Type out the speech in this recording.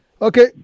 okay